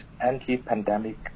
anti-pandemic